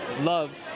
love